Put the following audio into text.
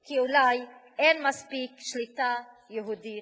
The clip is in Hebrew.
כי אולי אין מספיק שליטה יהודית